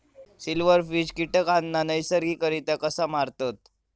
Silverfish कीटकांना नैसर्गिकरित्या कसा मारतत?